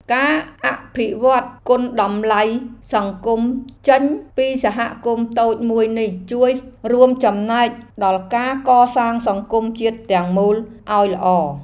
ការអភិវឌ្ឍគុណតម្លៃសង្គមចេញពីសហគមន៍តូចមួយនេះជួយរួមចំណែកដល់ការកសាងសង្គមជាតិទាំងមូលឱ្យល្អ។